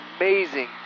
amazing